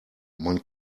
man